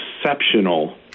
exceptional